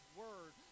word